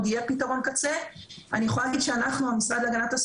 מי היה וחשוב מאוד שאכן נקבל את כל